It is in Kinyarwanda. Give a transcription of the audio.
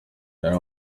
yari